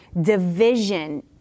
division